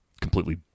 completely